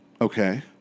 Okay